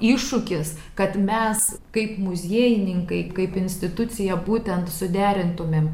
iššūkis kad mes kaip muziejininkai kaip institucija būtent suderintumėm